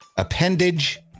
Appendage